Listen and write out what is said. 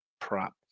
prop